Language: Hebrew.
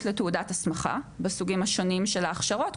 לתעודת הסמכה בסוגים השונים של ההכשרות,